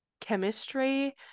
chemistry